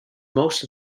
most